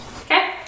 Okay